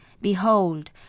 Behold